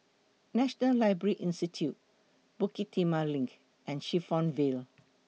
National Library Institute Bukit Timah LINK and Clifton Vale